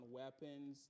weapons